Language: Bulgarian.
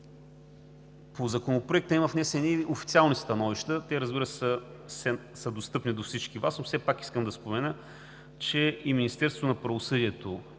По Законопроекта има внесени официални становища. Те, разбира се, са достъпни до всички Вас, но все пак искам да спомена, че и Министерството на правосъдието,